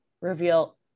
reveal